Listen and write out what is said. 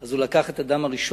הוא לקח את אדם הראשון